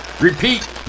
Repeat